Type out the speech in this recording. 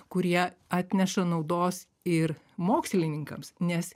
kurie atneša naudos ir mokslininkams nes